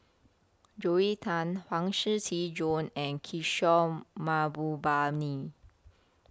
Joel Tan Huang Shiqi Joan and Kishore Mahbubani